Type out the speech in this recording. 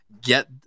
get